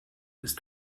ist